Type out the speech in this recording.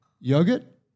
yogurt